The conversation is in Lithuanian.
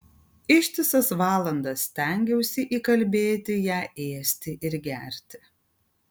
ištisas valandas stengiausi įkalbėti ją ėsti ir gerti